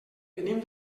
venim